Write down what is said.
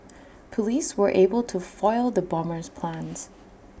Police were able to foil the bomber's plans